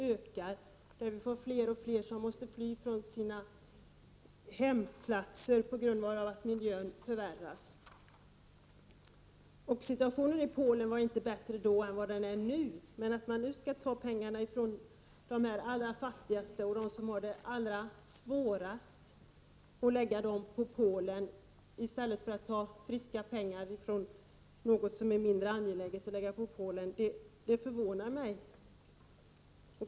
Det blir fler och fler som måste fly från den plats där de har sina hem på grund av att miljöproblemen förvärras. Situationen i Polen vid det tillfället var inte bättre än vad den är nu. Men nu skall man ta pengarna från de allra fattigaste och dem som har det allra svårast för att ge dem till Polen i stället för att ta friska pengar från något som är mindre angeläget, och det förvånar mig.